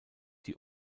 die